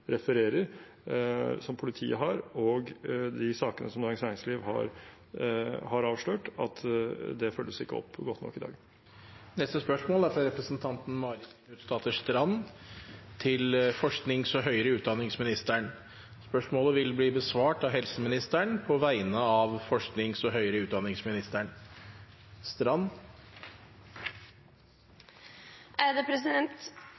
refererer til, og de sakene som Dagens Næringsliv har avslørt, at dette ikke følges opp godt nok i dag. Dette spørsmålet, fra Marit Knutsdatter Strand til forsknings- og høyere utdanningsministeren, vil bli besvart av helseministeren på vegne av forsknings- og høyere utdanningsministeren.